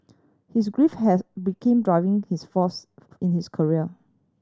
his grief has became driving his force in his career